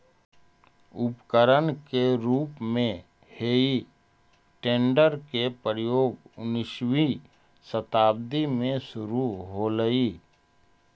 उपकरण के रूप में हेइ टेडर के प्रयोग उन्नीसवीं शताब्दी में शुरू होलइ